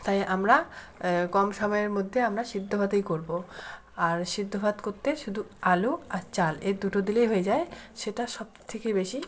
তাই আমরা কম সময়ের মধ্যে আমরা সিদ্ধ ভাতেই করবো আর সিদ্ধ ভাত করতে শুধু আলু আর চাল এই দুটো দিলেই হয়ে যায় সেটা সব থেকে বেশি